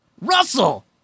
Russell